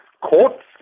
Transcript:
courts